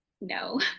No